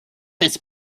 his